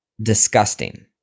disgusting